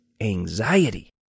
anxiety